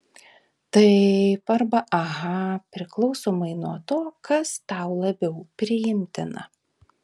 taip arba aha priklausomai nuo to kas tau labiau priimtina